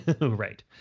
Right